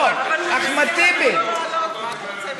לא, אחמד טיבי, מה אתה רוצה ממנו?